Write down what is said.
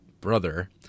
brother